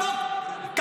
רק זה חשוב לך, רק זה.